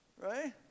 right